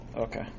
Okay